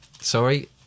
Sorry